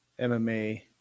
MMA